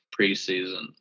preseason